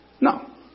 No